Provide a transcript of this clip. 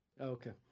Okay